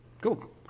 Cool